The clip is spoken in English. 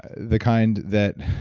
the kind that,